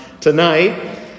tonight